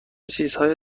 چیزهای